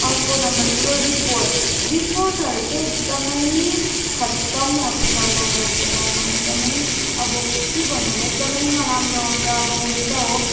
अर्को नम्बर कुरो रिपोर्ट रिपोर्टहरू चाहिँ एकदमै खतम आउँछ सरकारी हस्पिटलमा एकदमै अब के भन्नु र एकदमै नराम्रो आउँछ अब हुनु त हो